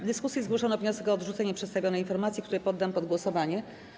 W dyskusji zgłoszono wniosek o odrzucenie przedstawionej informacji, który poddam pod głosowanie.